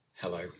Hello